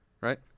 Right